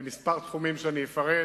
בכמה תחומים שאני אפרט,